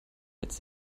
jetzt